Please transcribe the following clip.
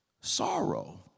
sorrow